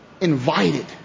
invited